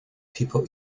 people